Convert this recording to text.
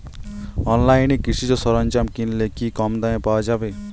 অনলাইনে কৃষিজ সরজ্ঞাম কিনলে কি কমদামে পাওয়া যাবে?